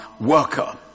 worker